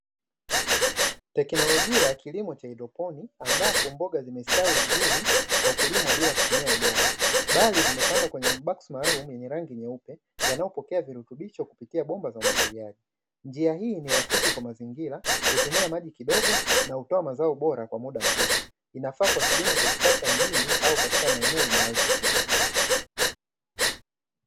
Teknolojia ya kilimo cha haidroponi, ambapo mboga zimestawi vizuri kwa kulimwa bila kutumia udongo, bali zimepandwa kwenye maboksi yenye rangi nyeupe, yanayopokea virutubisho kupitia bomba za umwagiliaji. Njia hii ni rafiki kwa mazingira, hutumia maji kidogo na hutoa mazao bora kwa muda mfupi, inafaa kwa kilimo cha kisasa mjini au katika maeneo ni yenye ardhi finyu.